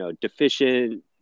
deficient